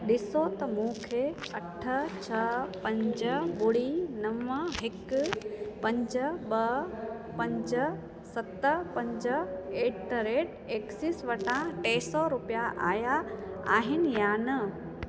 ॾिसो त मूंखे अठ छह पंज ॿुड़ी नव हिकु पंज ॿ पंज सत पंज एट द रेट एक्सिस वटां टे सौ रुपिया आया आहिन या न